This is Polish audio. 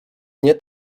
nie